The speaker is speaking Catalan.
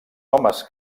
homes